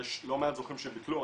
יש לא מעט זוכים שביטלו.